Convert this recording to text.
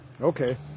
Okay